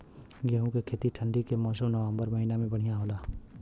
गेहूँ के खेती ठंण्डी के मौसम नवम्बर महीना में बढ़ियां होला?